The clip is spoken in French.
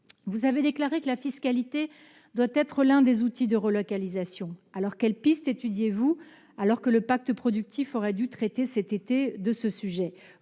Vous avez déclaré que la fiscalité doit être l'un des outils de la relocalisation. Quelles pistes étudiez-vous, alors que le pacte productif aurait dû traiter de ce sujet